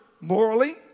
morally